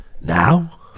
now